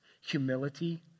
humility